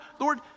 Lord